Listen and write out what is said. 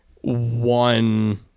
one